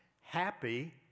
happy